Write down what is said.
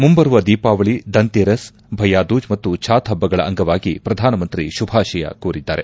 ಮುಂಬರುವ ದೀಪಾವಳಿ ದಂತೆರಸ್ ಭಯ್ಭಾದೂಜ್ ಮತ್ತು ಛಾತ್ ಹಬ್ಬಗಳ ಅಂಗವಾಗಿ ಪ್ರಧಾನಮಂತ್ರಿ ಶುಭಾಶಯ ಕೋರಿದ್ದಾರೆ